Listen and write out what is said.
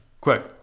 Quick